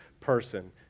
person